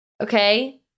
Okay